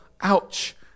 ouch